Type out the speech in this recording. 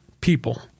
people